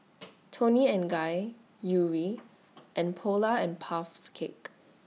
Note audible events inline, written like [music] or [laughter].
[noise] Toni and Guy Yuri and Polar and Puffs Cakes